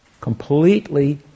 completely